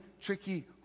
tricky